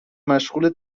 مشغول